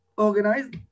organized